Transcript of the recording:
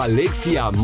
Alexia